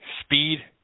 Speed